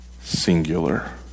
singular